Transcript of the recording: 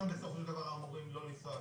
כולם בסופו של דבר אמורים לא לנסוע,